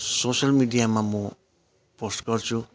social मिडिमा म post गर्छु